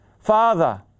Father